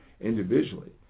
individually